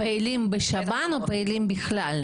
פעילים בשב"ן או פעילים בכלל?